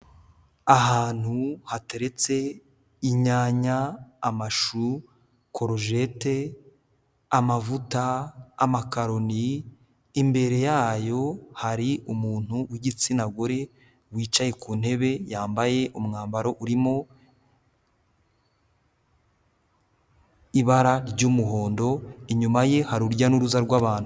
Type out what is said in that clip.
Ahantu hateretse inyanya, amashu, korojete, amavuta, amakaroni, imbere yayo hari umuntu w'igitsina gore wicaye ku ntebe yambaye umwambaro urimo ibara ry'umuhondo, inyuma ye hari urujya n'uruza rw'abantu.